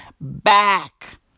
back